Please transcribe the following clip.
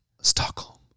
Stockholm